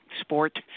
sport